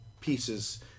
pieces